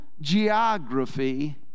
geography